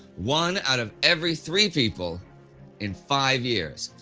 one out of every three people in five years.